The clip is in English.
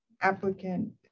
applicant